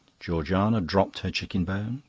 georgiana dropped her chicken bone,